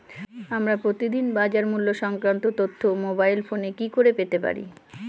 আমরা প্রতিদিন বাজার মূল্য সংক্রান্ত তথ্য মোবাইল ফোনে কি করে পেতে পারি?